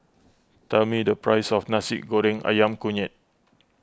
tell me the price of Nasi Goreng Ayam Kunyit